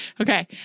Okay